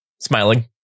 Smiling